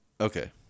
okay